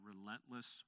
relentless